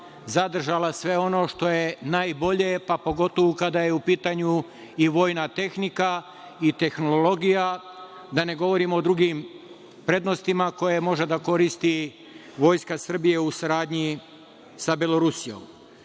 zadržala sve ono što je najbolje, pa pogotovo kada je u pitanju i vojna tehnika i tehnologija, da ne govorimo o drugim prednostima koje može da koristi Vojska Srbije u saradnji sa Belorusijom. Što